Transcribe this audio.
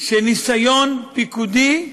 שניסיון פיקודי,